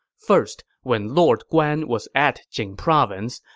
first, when lord guan was at jing province,